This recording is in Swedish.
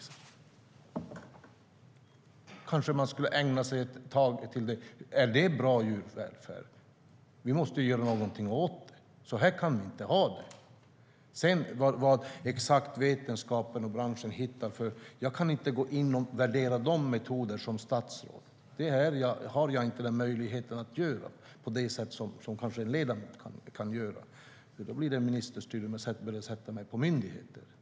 Det kanske man skulle ägna sig åt ett tag. Är det bra djurvälfärd? Vi måste göra någonting åt det. Så här kan vi inte ha det! Vad exakt vetenskapen och branschen hittar för metoder kan jag inte gå in och värdera som statsråd. Det har jag inte möjlighet att göra på det sätt som en ledamot kanske kan. Det blir ministerstyre om jag börjar sätta mig på myndigheter.